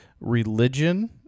religion